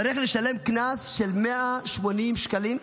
צריך לשלם קנס של 180 שקלים?